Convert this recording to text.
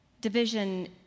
Division